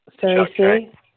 sorry